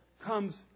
comes